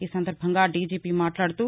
ఈ సందర్బంగా డిజిపి మాట్లాడుతూ